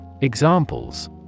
Examples